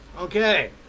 Okay